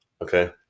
okay